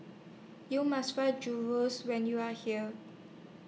YOU must Try Gyros when YOU Are here